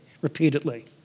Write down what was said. Repeatedly